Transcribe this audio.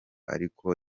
ariko